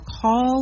call